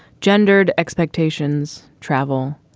gendered expectations, travel.